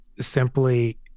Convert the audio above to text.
simply